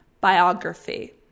biography